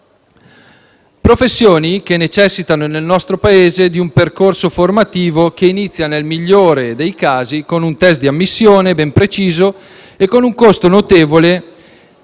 professioni che necessitano nel nostro Paese di un percorso formativo che inizia nel migliore dei casi con un *test* di ammissione ben preciso e con un costo notevole